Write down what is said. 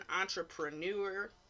entrepreneur